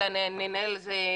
אלא ננהל על זה